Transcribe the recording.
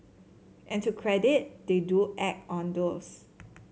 and to credit they do act on those